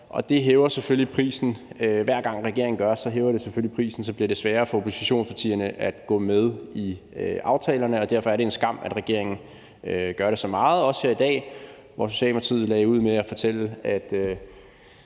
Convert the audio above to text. og det hæver selvfølgelig prisen, hver gang regeringen gør det. Så bliver det sværere for oppositionspartierne at gå med i aftalerne, og derfor er det en skam, at regeringen gør det så meget, også her i dag, hvor Socialdemokratiet lagde ud med at fortælle,